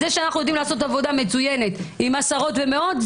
זה שאנחנו יודעים לעשות עבודה מצוינת עם עשרות ומאות,